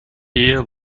ehe